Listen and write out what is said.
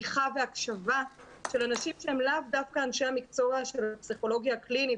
מקבל הכשרה והקשבה כמו שער"ן יודעים לתת בצורה ממוקדת לעת החרום הזאת.